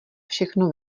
všechno